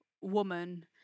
woman